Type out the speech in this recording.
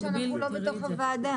תראי את זה.